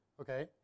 Okay